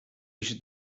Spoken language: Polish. iść